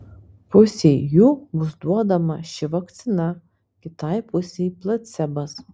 pusei jų bus duodama ši vakcina kitai pusei placebas